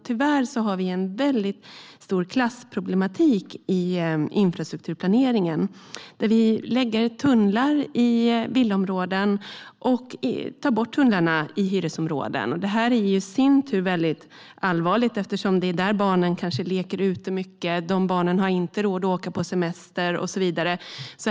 Tyvärr har vi en stor klassproblematik inom infrastrukturplaneringen, där vi lägger tunnlar i villaområden och tar bort tunnlar i hyresområden. Det är i sin tur allvarligt, eftersom det är där som barnen leker ute mycket, man inte har råd att åka på semester och så vidare.